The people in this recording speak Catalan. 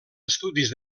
estudis